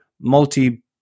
multi-